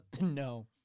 No